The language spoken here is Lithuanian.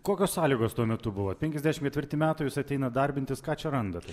kokios sąlygos tuo metu buvo penkiasdešimt ketvirti metai jūs ateinat darbintis ką čia randat